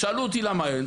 שאלו אותי למה אין.